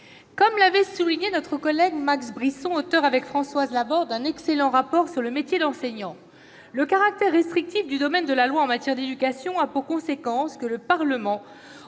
Comme le soulignait notre collègue Max Brisson, auteur avec Françoise Laborde d'un excellent rapport sur le métier d'enseignant, le caractère restrictif du domaine de la loi en matière d'éducation a pour conséquence que le Parlement,